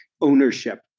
ownership